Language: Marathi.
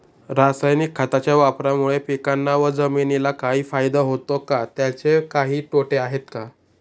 रासायनिक खताच्या वापरामुळे पिकांना व जमिनीला काही फायदा होतो का? त्याचे काही तोटे आहेत का?